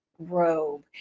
robe